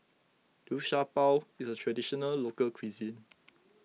Liu Sha Bao is a Traditional Local Cuisine